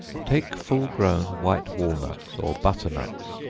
take full grown white walnuts, or butter-nuts,